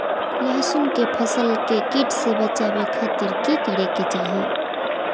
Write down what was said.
लहसुन के फसल के कीट से बचावे खातिर की करे के चाही?